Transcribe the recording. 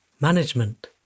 management